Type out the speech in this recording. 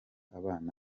abana